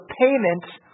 payment's